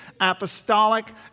apostolic